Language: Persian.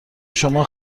شما